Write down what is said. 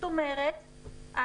זאת אומרת,